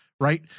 right